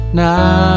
now